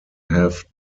have